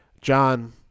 John